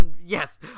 Yes